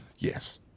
Yes